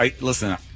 Listen